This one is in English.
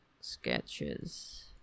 sketches